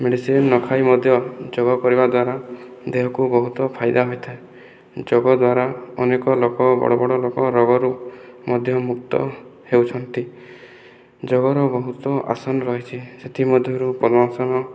medicine ନଖାଇ ମଧ୍ୟ ଯୋଗ କରିବାଦ୍ୱାରା ଦେହକୁ ବହୁତ ଫାଇଦା ହୋଇଥାଏ ଯୋଗ ଦ୍ଵାରା ଅନେକ ଲୋକ ବଡ଼ ବଡ଼ ଲୋକ ରୋଗରୁ ମଧ୍ୟ ମୁକ୍ତ ହେଉଛନ୍ତି ଯୋଗର ବହୁତ ଆସନ ରହିଛି ସେଥିମଧ୍ୟରୁ ପଦ୍ମାସନ